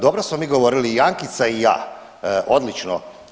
Dobro smo mi govorili i Ankica i ja, odlično.